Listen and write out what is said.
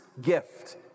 gift